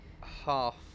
half